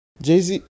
Jay-Z